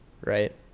Right